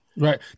Right